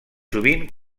sovint